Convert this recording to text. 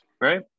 right